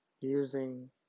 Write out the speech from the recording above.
using